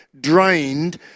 drained